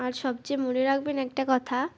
আর সবচেয়ে মনে রাখবেন একটা কথা